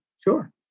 Sure